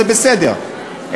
זה בסדר,